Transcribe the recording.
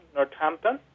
Northampton